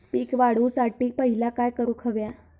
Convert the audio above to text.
पीक वाढवुसाठी पहिला काय करूक हव्या?